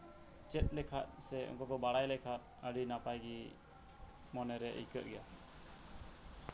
ᱪᱮᱫ ᱞᱮᱠᱷᱟᱡ ᱥᱮ ᱩᱱᱠᱩ ᱠᱩ ᱵᱟᱲᱟᱭ ᱞᱮᱠᱷᱟᱱ ᱟᱹᱰᱤ ᱱᱟᱯᱟᱭ ᱜᱮ ᱢᱚᱱᱮ ᱨᱮ ᱟᱹᱭᱠᱟᱹᱜ ᱜᱮᱭᱟ